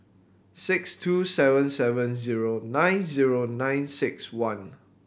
six two seven seven zero nine zero nine six one